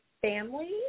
family